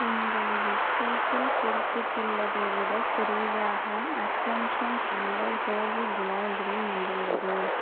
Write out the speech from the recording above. உங்கள் வெப்சைட்டில் குறிப்பிட்டுள்ளதை விடக் குறைவாக ascension herbal Holi gulal green வந்துள்ளது